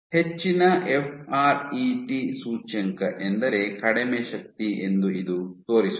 ಹೆಚ್ಚಿನ F R E T ಸೂಚ್ಯಂಕ ಎಂದರೆ ಕಡಿಮೆ ಶಕ್ತಿ ಎಂದು ಇದು ತೋರಿಸುತ್ತದೆ